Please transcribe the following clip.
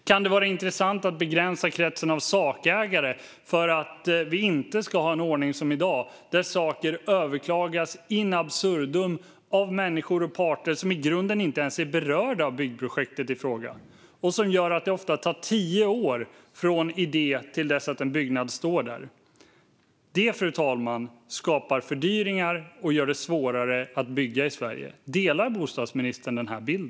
Kan det vara intressant att begränsa kretsen av sakägare för att vi inte ska ha en ordning som i dag där saker överklagas in absurdum av människor och parter som i grunden inte ens är berörda av byggprojektet i fråga och som gör att det ofta tar tio år från idé till dess att en byggnad står där? Fru talman! Detta skapar fördyringar och gör det svårare att bygga i Sverige. Delar bostadsministern denna bild?